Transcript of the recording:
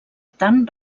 tant